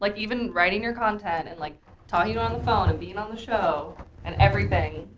like even writing your content and like talking you know on the phone and being on the show and everything,